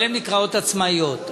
אבל הן נקראות עצמאיות.